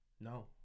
No